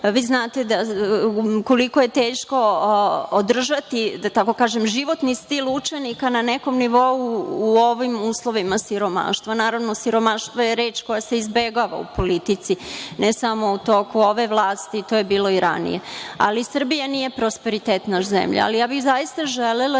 vi znate koliko je teško održati, da tako kažem, životni stil učenika na nekom nivou u ovim uslovima siromaštva. Naravno, siromaštvo je reč koja se izbegava u politici, ne samo u toku ove vlasti, nego i ranije. Ali, Srbija nije prosperitetna zemlja. Zaista bih želela